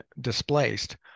displaced